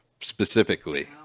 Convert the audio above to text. specifically